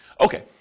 Okay